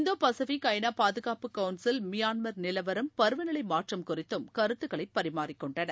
இந்தோ Pacific ஐ நா பாதுகாப்பு கவுன்சில் மியான்மர் நிலவரம் பருவநிலை மாற்றம் குறித்தும் கருத்துக்களை பரிமாறிக்கொண்டனர்